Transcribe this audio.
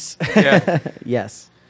Yes